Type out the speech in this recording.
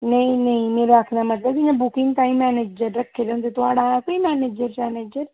नेईं नेईं मेरे आखने दा मतलब कि इ'यां बुकिंग ताईं मैनेजर रक्खे दे होंदे ते थुआढ़ा है कोई मैनेजर शैनेजर